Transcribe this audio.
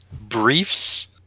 briefs